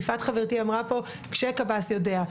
יפעת חברתי אמרה פה, כשקב"ס יודע.